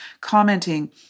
commenting